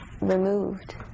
removed